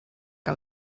que